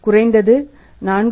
குறைந்தது 4